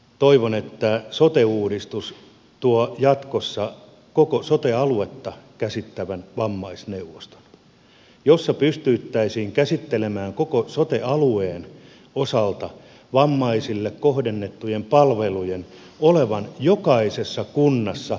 toivon että sote uudistus tuo jatkossa koko sote aluetta käsittävän vammaisneuvoston jossa pystyttäisiin käsittelemään koko sote alueen osalta vammaisille kohdennettujen palvelujen olevan jokaisessa kunnassa yhdenvertaisia